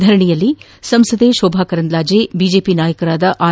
ಧರಣಿಯಲ್ಲಿ ಸಂಸದೆ ಶೋಭಾ ಕರಂದ್ಲಾಜೆ ಬಿಜೆಪಿ ನಾಯಕರಾದ ಆರ್